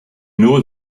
know